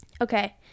okay